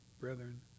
brethren